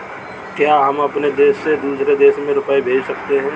क्या हम अपने देश से दूसरे देश में रुपये भेज सकते हैं?